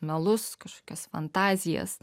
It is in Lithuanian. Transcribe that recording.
melus kažkokias fantazijas